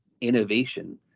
innovation